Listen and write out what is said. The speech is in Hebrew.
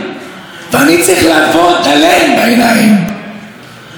אם כך הדבר,